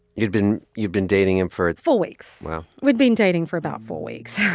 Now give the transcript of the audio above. you'd been you've been dating him for. four weeks wow we'd been dating for about four weeks